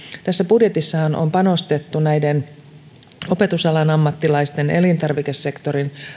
tässä budjetissahan on panostettu opetusalan ammattilaisiin elintarvikesektorin